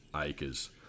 acres